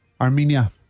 Armenia